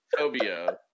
Tobio